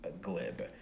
glib